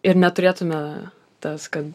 ir neturėtume tas kad